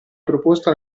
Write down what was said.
proposta